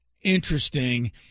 interesting